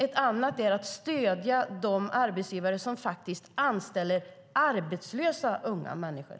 Ett annat är att stödja de arbetsgivare som anställer arbetslösa unga människor.